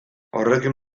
horrekin